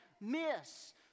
miss